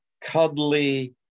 cuddly